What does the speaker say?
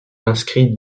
inscrit